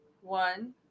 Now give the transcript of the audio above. One